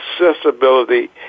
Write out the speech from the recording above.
accessibility